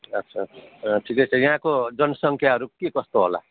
आच्छा ठिकै छ यहाँको जनसङ्ख्याहरू के कस्तो होला